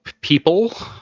people